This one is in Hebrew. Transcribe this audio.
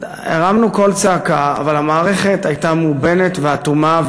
הרמנו קול צעקה, אבל המערכת הייתה מאובנת ואטומה.